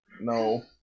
No